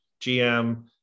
GM